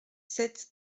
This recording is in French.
sept